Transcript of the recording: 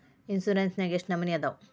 Insurance ನ್ಯಾಗ ಎಷ್ಟ್ ನಮನಿ ಅದಾವು?